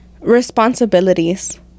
responsibilities